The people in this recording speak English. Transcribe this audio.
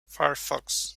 firefox